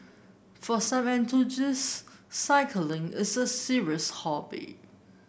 for some cycling is a serious hobby